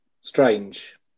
strange